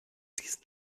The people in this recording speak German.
diesen